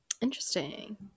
interesting